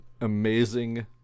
amazing